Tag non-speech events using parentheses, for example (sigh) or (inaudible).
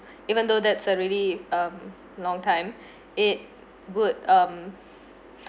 even though that's a really um long time (breath) it would um